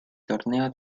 torneo